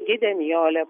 gidė nijolė